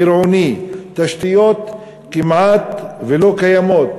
גירעוני, תשתיות כמעט לא קיימות,